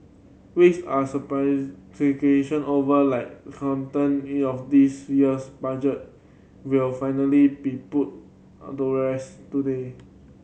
weeks are surprise over like content it of this year's budget will finally be put rest today